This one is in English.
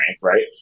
right